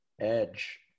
edge